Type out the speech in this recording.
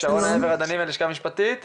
שרונה עבר הדני מהלשכה המשפטית בבקשה.